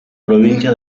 provincia